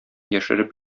яшереп